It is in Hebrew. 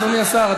אדוני השר.